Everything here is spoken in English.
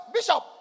Bishop